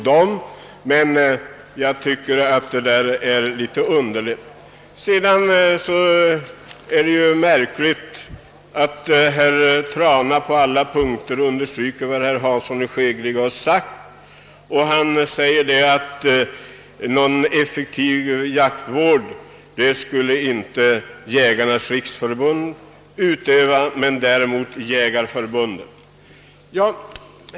Det är märkligt att herr Trana på alla punkter understryker vad herr Hansson i Skegrie sagt. Någon effektiv jaktvård skulle sålunda Jägarnas riksförbund inte utöva men däremot Svenska Jägareförbundet.